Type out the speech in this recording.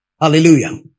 Hallelujah